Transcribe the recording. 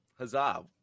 huzzah